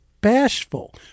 bashful